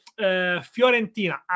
Fiorentina